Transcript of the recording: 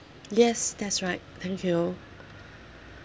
yes that's right thank you